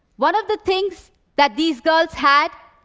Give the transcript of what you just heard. one of the things that these girls had